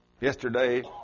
Yesterday